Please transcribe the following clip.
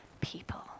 people